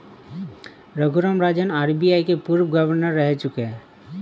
Raghuram Rajan RBI के पूर्व governor रह चुके हैं